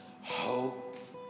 hope